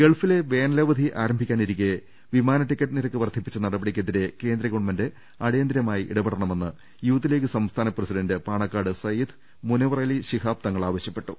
ഗൾഫിലെ വേനലവധി ആരംഭിക്കാനിരിക്കെ വിമാന ടിക്കറ്റ് നിരക്ക് വർദ്ധിപ്പിച്ച നട്പടിക്കെതിരെ കേന്ദ്ര ഗവൺമെന്റ് അടിയന്തിരമായി ഇടപെടണമെന്ന് യൂത്ത് ലീഗ് സംസ്ഥാന പ്രസിഡന്റ് പാണക്കാട് സയ്യിദ് മുനവറലി ശിഹാബ് തങ്ങൾ ആവശ്യപ്പെട്ടു